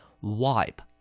Wipe